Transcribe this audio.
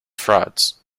frauds